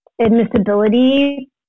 admissibility